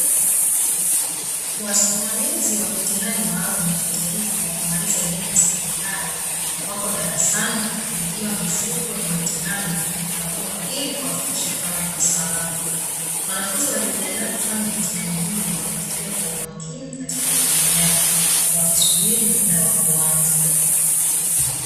Wasimamizi wa mitihani maalumu ya kitaifa ya kumaliza elimu ya sekondari wako darasani wakikabidhiwa mifuko yenye mitihani na kuikagua ili kuhakikisha kama iko salama. Wanafunzi waliojiandaa kufanya mitihani hiyo wametulia kwa umakini katika viti vyao, wakisubiri muda wa kuanza.